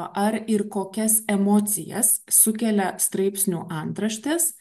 ar ir kokias emocijas sukelia straipsnių antraštės